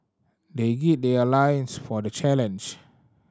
they gird their loins for the challenge